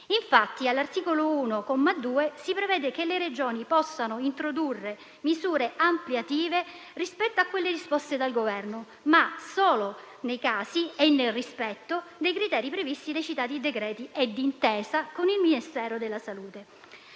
Infatti, all'articolo 1, comma 2, si prevede che le Regioni possano introdurre misure ampliative rispetto a quelle disposte dal Governo, ma solo nei casi e nel rispetto dei criteri previsti dei citati decreti e d'intesa con il Ministero della salute.